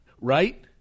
right